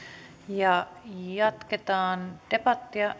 jatketaan debattia